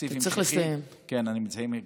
תקציב המשכי,